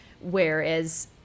Whereas